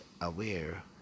aware